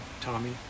Tommy